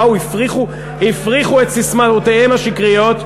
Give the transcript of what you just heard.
הם באו, הפריחו את ססמאותיהם השקריות,